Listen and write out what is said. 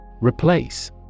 Replace